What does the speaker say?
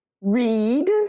Read